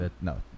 No